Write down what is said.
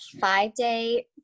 five-day